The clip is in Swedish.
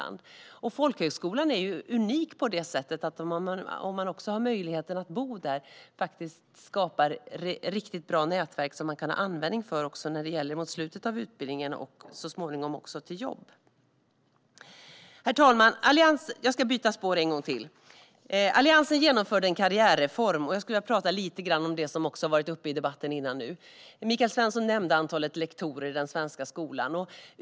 Folkhögskolan är ju unik på det sättet att den, om man också har möjligheten att bo där, skapar riktigt bra nätverk som man kan ha användning för mot slutet av utbildningen och så småningom även när man söker jobb. Herr talman! Jag ska byta spår en gång till. Alliansen genomförde en karriärreform, och jag skulle vilja tala lite om det som också har varit uppe i debatten tidigare. Michael Svensson nämnde antalet lektorer i den svenska skolan.